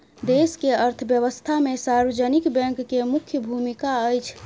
देश के अर्थव्यवस्था में सार्वजनिक बैंक के मुख्य भूमिका अछि